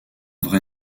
vrai